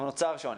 או נוצר שוני.